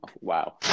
wow